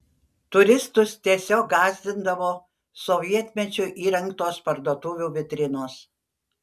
turistus tiesiog gąsdindavo sovietmečiu įrengtos parduotuvių vitrinos